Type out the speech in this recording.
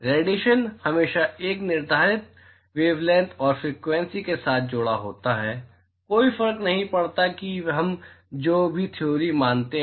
radiation हमेशा एक निश्चित वेवलैंथ और फ्रिक्वेंसी के साथ जुड़ा होता है कोई फर्क नहीं पड़ता कि हम जो भी थियोरी मानते हैं